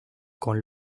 con